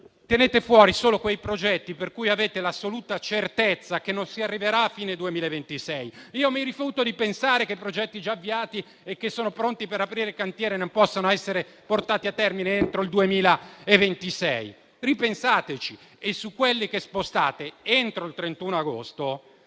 tenete fuori solo quei progetti per cui avete l'assoluta certezza che non si arriverà a fine 2026. Mi rifiuto di pensare che progetti già avviati, per cui sono pronti ad aprire i cantieri, non possano essere portati a termine entro il 2026. Ripensateci. Inoltre, su quelli che spostate, entro il 31 agosto